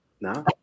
No